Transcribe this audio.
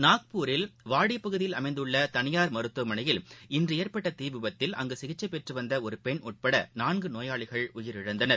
நாக்பூரில் வாடி பகுதியில் அமைந்துள்ள தனியார் மருத்துவமனையில் இன்று ஏற்பட்ட தீ விபத்தில் அங்கு சிகிச்சை பெற்று வந்த ஒரு பெண் உட்பட நான்கு நோயாளிகள் உயிரிழந்தனர்